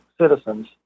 citizens